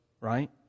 right